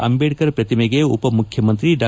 ಅಂಬೇಡ್ಕರ್ ಪ್ರತಿಮೆಗೆ ಉಪಮುಖ್ಯಮಂತ್ರಿ ಡಾ